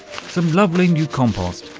some lovely new compost,